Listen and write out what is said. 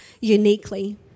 uniquely